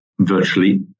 virtually